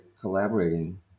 collaborating